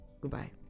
Goodbye